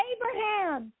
Abraham